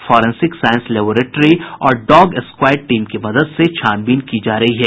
forensic science laboratory और dog squad team की मदद से छानबीन की जा रही है